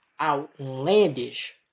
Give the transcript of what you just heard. outlandish